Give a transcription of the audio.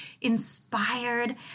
inspired